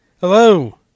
Hello